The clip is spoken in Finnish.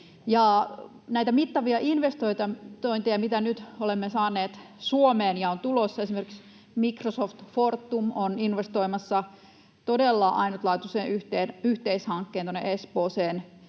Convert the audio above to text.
näitä mittavia investointeja, mitä nyt olemme saaneet Suomeen ja on tulossa — esimerkiksi Microsoft ja Fortum ovat investoimassa todella ainutlaatuisen yhteishankkeen tuonne